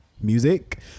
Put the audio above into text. music